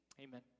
amen